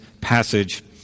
passage